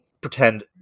pretend